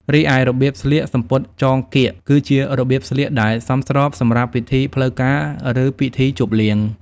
រីឯរបៀបស្លៀក សំពត់ចងកៀក គឺជារបៀបស្លៀកដែលសមស្របសម្រាប់ពិធីផ្លូវការឬពិធីជប់លៀង។